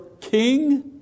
king